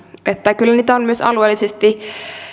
kyllä on nyt myös alueellisesti